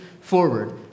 forward